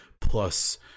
plus